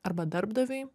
arba darbdaviui